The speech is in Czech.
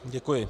Děkuji.